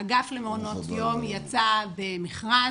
האגף למעונות יום יצא במכרז,